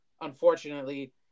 unfortunately